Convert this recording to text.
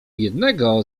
jednego